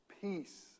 Peace